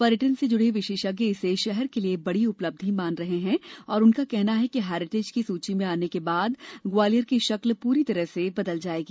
पर्यटन से जुड़े विशेषज्ञ इसे शहर के लिए बड़ी उपलब्धि मान रहे और उनका कहना है हेरिटेज की सूची में आने के बाद ग्वालियर की शक्ल पूरी तरह से बदल जाएगी